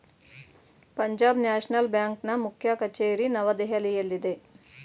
Punjab National ಬ್ಯಾಂಕ್ನ ಮುಖ್ಯ ಕಚೇರಿ ನವದೆಹಲಿಯಲ್ಲಿದೆ